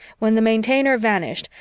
when the maintainer vanished,